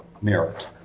merit